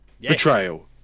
Betrayal